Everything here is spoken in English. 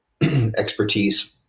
expertise